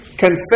Confess